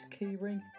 keyring